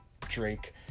Drake